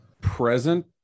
Present